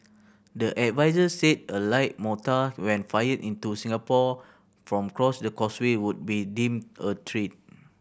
the adviser said a light mortar when fired into Singapore from across the Causeway would be deemed a threat